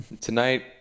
Tonight